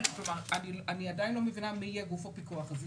אני עדיין לא מבינה מי יהיה גוף הפיקוח הזה.